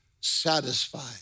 satisfied